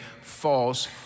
false